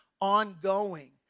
ongoing